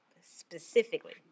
specifically